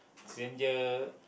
stranger